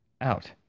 Out